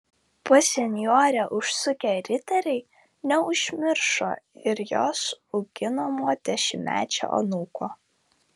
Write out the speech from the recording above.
pas senjorę užsukę riteriai neužmiršo ir jos auginamo dešimtmečio anūko